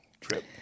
Trip